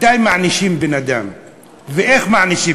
מתי מענישים בן-אדם ואיך מענישים?